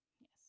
Yes